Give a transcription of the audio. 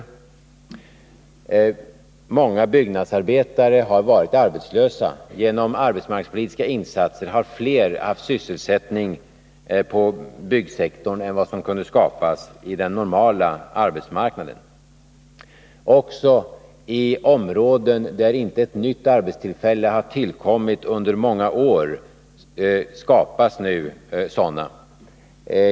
För de många byggnadsarbetare som varit arbetslösa har fler sysselsättningstillfällen kunnat skapas inom byggsektorn med arbetsmarknadspolitiska insatser än vad som skapats på den reguljära byggarbetsmarknaden. Också i områden där nya arbetstillfällen inte har tillkommit sedan många år tillbaka skapas nu sådana.